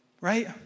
right